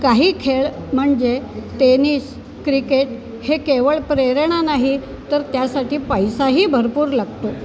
काही खेळ म्हणजे टेनिस क्रिकेट हे केवळ प्रेरणा नाही तर त्यासाठी पैसाही भरपूर लागतो